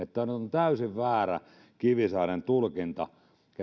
täysin väärä kivisaaren tulkinta että me